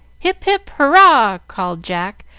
hip, hip, hurrah! called jack,